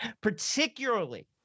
particularly